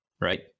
right